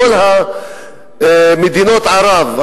בכל מדינות ערב,